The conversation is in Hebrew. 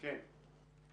כן.